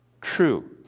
true